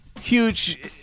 huge